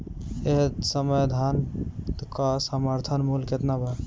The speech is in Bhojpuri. एह समय धान क समर्थन मूल्य केतना बा?